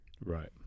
Right